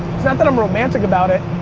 it's not that i'm romantic about it.